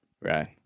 Right